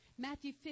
Matthew